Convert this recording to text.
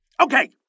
Okay